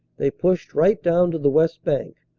they pushed right down to the west bank,